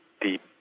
deep